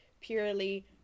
purely